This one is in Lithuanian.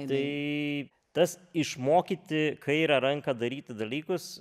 tai tas išmokyti kairę ranką daryti dalykus